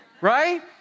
right